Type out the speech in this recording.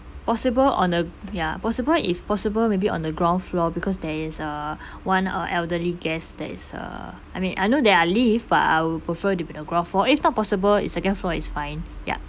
possible on the ya possible if possible maybe on the ground floor because there is a one uh elderly guest there is uh I mean I know there are lift but I would prefer to be the ground floor if not possible it second floor is fine ya